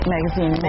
Magazine